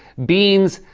beans,